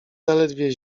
zaledwie